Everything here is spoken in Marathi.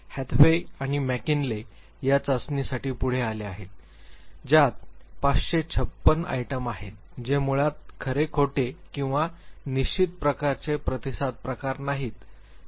हॅथवे आणि मॅकिन्ले या चाचणीसाठी पुढे आले आहेत ज्यात 556 आईटम आहेत जे मुळात खरे खोटे किंवा निश्चित प्रकारचे प्रतिसाद प्रकार नाहीत